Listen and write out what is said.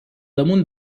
damunt